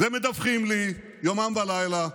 ומדווחים לי יומם ולילה,